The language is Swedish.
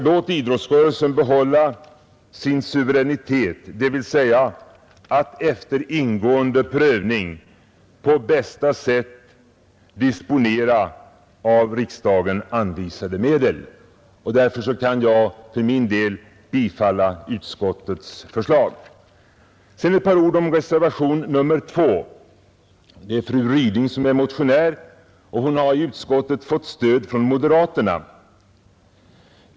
Låt idrottsrörelsen behålla sin suveränitet, det vill säga att efter ingående prövning på bästa sätt få disponera av riksdagen anvisade medel. Därmed kan jag för min del tillstyrka utskottets förslag. Så ett par ord om reservation nr 2. Det är fru Ryding som är motionär, och hon har i utskottet fått stöd av moderaterna.